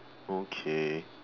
okay